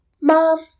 Mom